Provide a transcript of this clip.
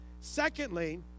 Secondly